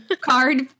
card